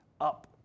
up